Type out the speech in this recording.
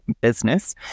business